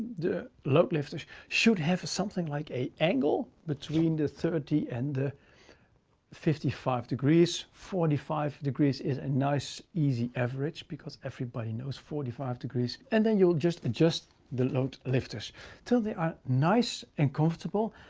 the load lifters should have something like a angle between the thirty and the fifty five degrees. forty five degrees is a nice, easy average, because everybody knows forty five degrees. and then you'll just adjust the load lifters till they are nice and comfortable.